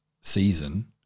season